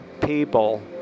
people